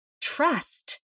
trust